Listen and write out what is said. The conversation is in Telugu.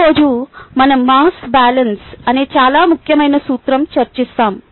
ఈ రోజు మనం మాస్ బ్యాలెన్స్ అనే చాలా ముఖ్యమైన సూత్రాన్ని చర్చిస్తాము